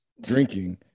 drinking